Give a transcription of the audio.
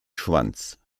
schwanz